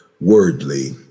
wordly